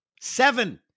Seven